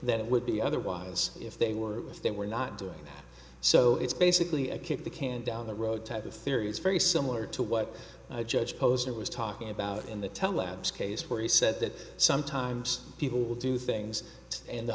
than it would be otherwise if they were if they were not doing so it's basically a kick the can down the road type of theory it's very similar to what judge posner was talking about in the tel labs case where he said that sometimes people will do things in the